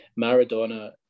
maradona